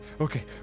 okay